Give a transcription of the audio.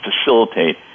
facilitate